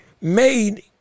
made